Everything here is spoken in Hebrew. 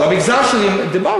אבל על המגזר שלי דיברתם.